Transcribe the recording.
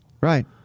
Right